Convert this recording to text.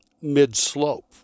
mid-slope